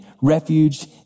refuge